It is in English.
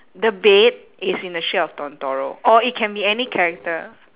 the bed is in the shape of or it can be any character